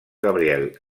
gabriel